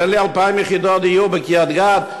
תן לי 2,000 יחידות דיור בקריית-גת,